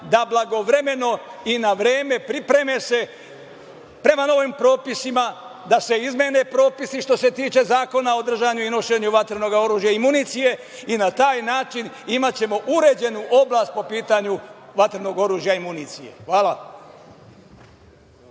da blagovremeno i na vreme pripreme se prema novim propisima, da se izmene propisi što se tiče Zakona o držanju i nošenju vatrenog oružja i municije i na taj način imaćemo uređenu oblast po pitanju vatrenog oružja i municije. Hvala.